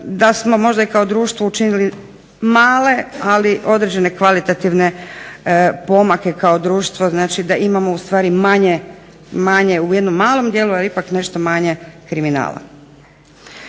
da smo možda i kao društvo učinili male, ali određene kvalitativne pomake kao društvo znači da imamo ustvari manje u jednom malom dijelu, ali ipak nešto manje kriminala.